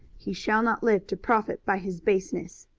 he shall not live to profit by his baseness.